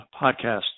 podcast